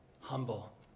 humble